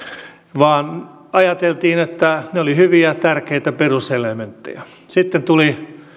vaan ajateltiin että ne olivat hyviä tärkeitä peruselementtejä sitten tuli